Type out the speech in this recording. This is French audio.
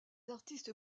artistes